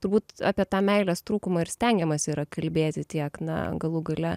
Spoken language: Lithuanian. turbūt apie tą meilės trūkumą ir stengiamasi yra kalbėti tiek na galų gale